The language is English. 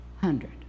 hundred